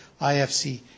IFC